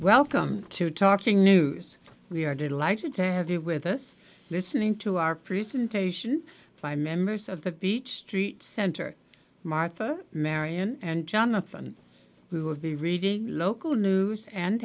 welcome to talking news we are delighted to have you with us listening to our presentation by members of the beach street center martha marion and jonathan who will be reading local news and